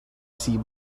see